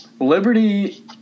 Liberty